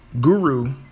Guru